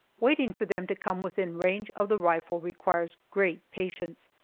waiting for them to come within range of the rifle requires great patience,